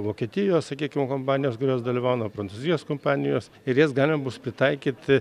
vokietijos sakykim kompanijos kurios dalyvauna prancūzijos kompanijos ir jas galima bus pritaikyti